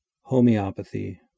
Homeopathy